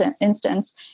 instance